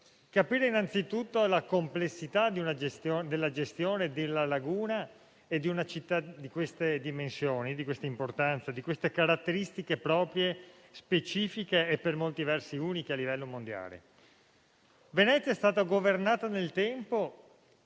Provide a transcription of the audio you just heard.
Capire innanzitutto la complessità della gestione della laguna e di una città di certe dimensioni, di una certa importanza, di caratteristiche specifiche e per molti versi uniche a livello mondiale. Venezia è stata governata nel tempo